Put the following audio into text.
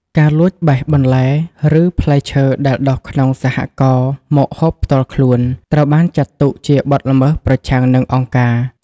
ការលួចបេះបន្លែ ឬផ្លែឈើដែលដុះក្នុងសហករណ៍មកហូបផ្ទាល់ខ្លួន ត្រូវបានចាត់ទុកជាបទល្មើសប្រឆាំងនឹងអង្គការ។